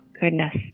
goodness